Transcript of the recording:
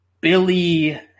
Billy